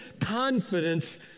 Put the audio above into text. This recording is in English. confidence